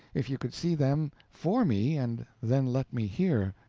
if you could see them for me and then let me hear.